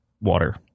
water